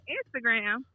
Instagram